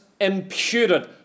imputed